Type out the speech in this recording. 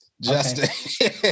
Justin